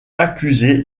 accusé